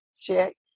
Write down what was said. check